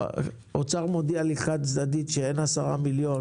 כשהאוצר מודיע לי חד-צדדית שאין 10 מיליון